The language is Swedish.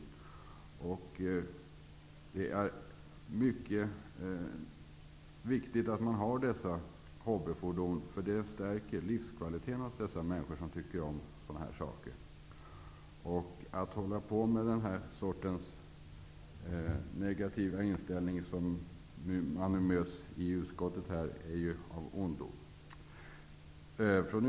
Dessa hobbyfordon är mycket viktiga. De stärker livskvaliteten hos de människor som tycker om sådana här saker. Att hålla på med den sortens negativa inställning som man möts av i utskottsbetänkandet är av ondo.